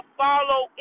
follow